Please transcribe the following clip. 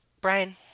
brian